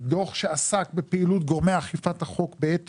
דוח שעסק בפעילות גורמי אכיפת החוק בעת